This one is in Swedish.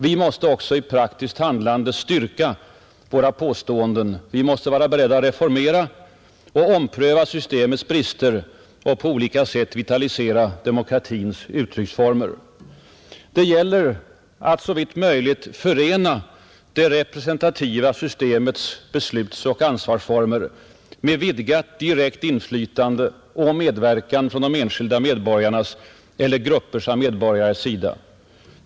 Vi måste också i praktiskt handlande styrka våra påståenden, Vi måste vara beredda att reformera och ompröva systemets brister och att på olika sätt vitalisera demokratins uttrycksformer. Det gäller att såvitt möjligt förena det representativa systemets beslutsoch ansvarsformer med vidgat direkt inflytande och medverkan från de enskilda medborgarnas eller grupper av medborgares sida.